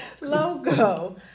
Logo